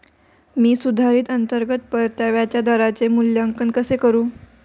मी सुधारित अंतर्गत परताव्याच्या दराचे मूल्यांकन कसे करू?